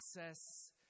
access